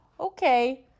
Okay